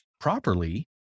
properly